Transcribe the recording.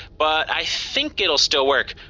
but i think it'll still work.